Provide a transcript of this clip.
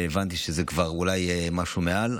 הבנתי שזה משהו מעל.